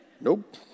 nope